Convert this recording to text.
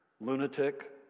lunatic